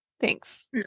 Thanks